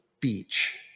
beach